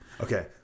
Okay